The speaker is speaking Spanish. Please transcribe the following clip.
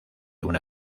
una